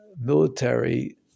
military